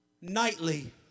nightly